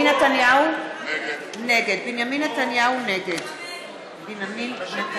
(קוראת בשם חבר הכנסת) בנימין נתניהו, נגד אני.